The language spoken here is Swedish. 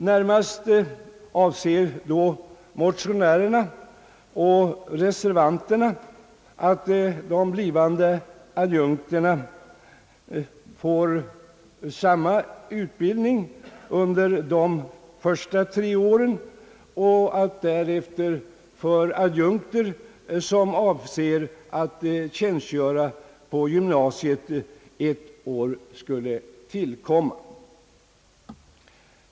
Närmast avser då motionärerna och reservanterna att de blivande adjunkterna får samma utbildning under de tre första åren och att därefter för adjunkter, som avser att tjänstgöra på gymnasiet, ett år skall tillkomma.